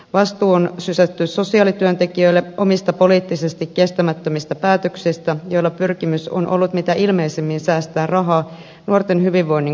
vastuu on sysätty sosiaalityöntekijöille omista poliittisesti kestämättömistä päätöksistä joilla pyrkimys on ollut mitä ilmeisimmin säästää rahaa nuorten hyvinvoinnin kustannuksella